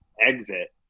exit